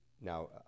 Now